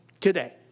today